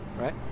right